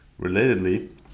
Relatedly